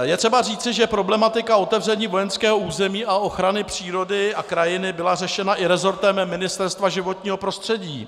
Je třeba říci, že problematika otevření vojenského území a ochrany přírody a krajiny byla řešena i resortem Ministerstva životního prostředí.